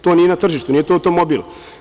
To nije na tržištu, to nije automobil.